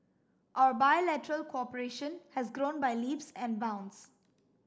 our bilateral cooperation has grown by leaps and bounds